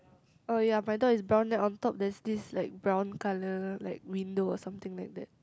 oh ya my door is brown then on top there's this like brown colour like window or something like that